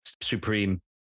supreme